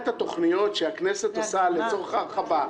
התוכניות שהכנסת עושה לצורך ההרחבה,